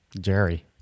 Jerry